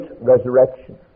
resurrection